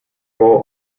role